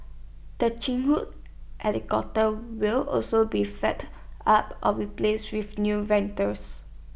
the Chinook helicopters will also be fight up or replaced with new